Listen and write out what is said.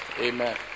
amen